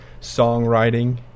songwriting